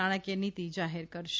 નાણાકીય નીતિ જાહેર કરશે